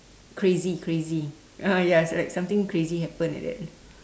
crazy crazy ah yes like something crazy happen like that